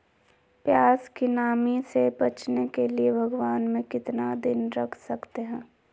प्यास की नामी से बचने के लिए भगवान में कितना दिन रख सकते हैं?